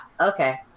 okay